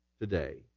today